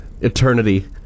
eternity